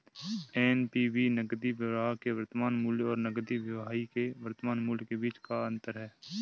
NPV नकदी प्रवाह के वर्तमान मूल्य और नकदी बहिर्वाह के वर्तमान मूल्य के बीच का अंतर है